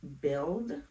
build